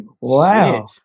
wow